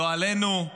לא עלינו.